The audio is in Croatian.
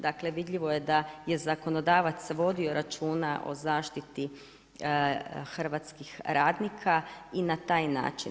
Dakle vidljivo je da je zakonodavac vodio računa o zaštiti hrvatskih radnika i na taj način.